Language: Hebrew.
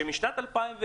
שמשנת 2010,